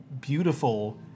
beautiful